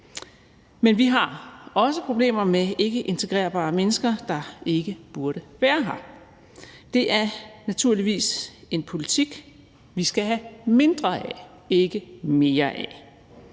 Men vi har også problemer med ikkeintegrerbare mennesker, der ikke burde være her. Det er naturligvis en politik, vi skal have mindre af, ikke mere af.